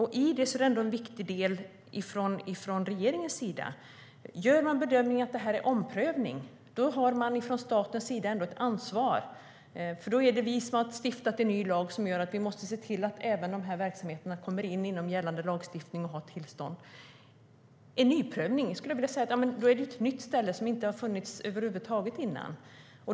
Här har regeringen en viktig del. Gör man bedömningen att det här är en omprövning har staten ett ansvar. Då är det vi som har stiftat en ny lag som gör att vi måste se till att även dessa verksamheter kommer inom gällande lagstiftning och har tillstånd. Nyprövning skulle jag vilja säga gäller ett nytt ställe som inte har funnits innan över huvud taget.